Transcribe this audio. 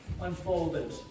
unfolded